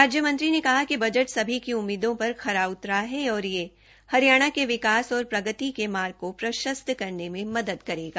राज्यमंत्री ने कहा कि बजट सभी की उम्मीदों पर खरा उतरा है और यह हरियाणा के विकास और प्रगति के मार्ग को प्रशस्त करने में मदद करेगा